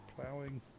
plowing